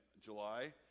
july